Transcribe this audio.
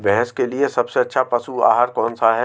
भैंस के लिए सबसे अच्छा पशु आहार कौनसा है?